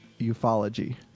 Ufology